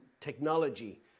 technology